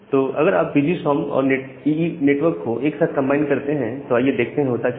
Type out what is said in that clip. तो अगर आप V G S O M और ईई नेटवर्क को एक साथ कंबाइन करते हैं तो आइए देखते हैं कि होता क्या है